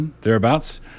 thereabouts